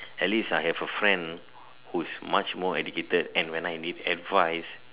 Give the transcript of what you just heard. at least I have a friend who is much more educated and when I need advise